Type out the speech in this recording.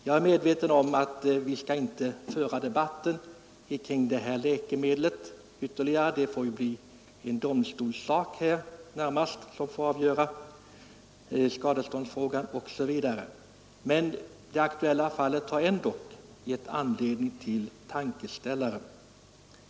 Jag är medveten om att vi inte skall föra debatten om just detta läkemedel — det får närmast bli en domstolssak att avgöra skadeståndsfrågan etc. Men det aktuella fallet har ändå givit en tankeställare.